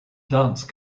dance